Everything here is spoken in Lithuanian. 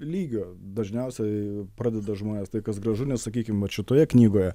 lygio dažniausiai pradeda žmonės tai kas gražu nes sakykim vat šitoje knygoje